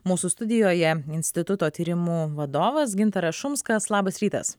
mūsų studijoje instituto tyrimų vadovas gintaras šumskas labas rytas